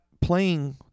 playing